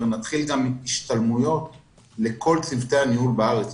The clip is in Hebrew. נתחיל בהשתלמויות לכל צוותי הניהול בארץ.